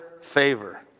favor